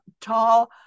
tall